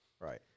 Right